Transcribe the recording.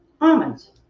almonds